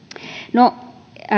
no